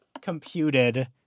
computed